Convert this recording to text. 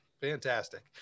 Fantastic